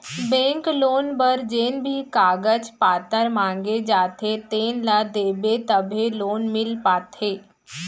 bank loan बर जेन भी कागज पातर मांगे जाथे तेन ल देबे तभे लोन मिल पाथे